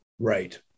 Right